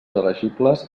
elegibles